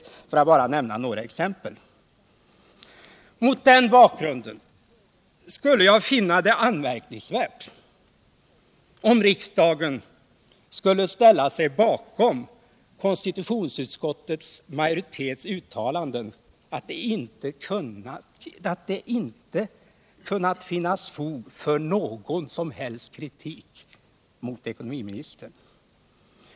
Mot denna bakgrund skulle jag finna det anmärkningsvärt, om riksdagen skulle ställa sig bakom konstitutionsutskottets majoritets uttalande att utskottet inte har kunnat finna fog för någon kritik mot ekonomiministern.